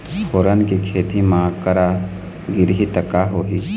फोरन के खेती म करा गिरही त का होही?